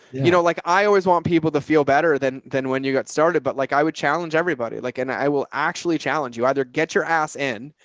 you know, like, i always want people to feel better than, than when you got started, but like i would challenge everybody like, and i will actually challenge you either get your ass in.